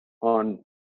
on